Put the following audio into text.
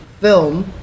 film